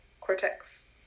cortex